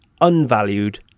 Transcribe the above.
unvalued